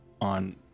on